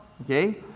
okay